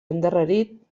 endarrerit